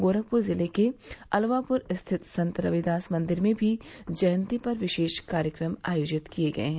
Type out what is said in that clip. गोरखपुर जिले के अलवापुर स्थित संत रविदास मंदिर में भी जयंती पर विशे कार्यक्रम आयोजित किए गये हैं